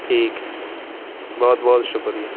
ٹھیک ہے بہت بہت شکریہ